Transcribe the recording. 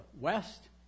west